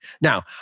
Now